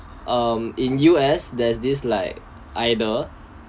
um in U_S there's this like either